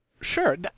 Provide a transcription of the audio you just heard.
Sure